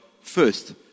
first